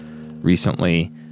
recently